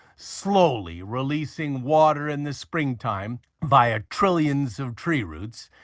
slowly releasing water in the springtime via trillions of tree roots,